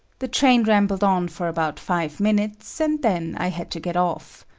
the train rambled on for about five minutes, and then i had to get off.